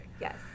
yes